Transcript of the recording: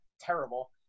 terrible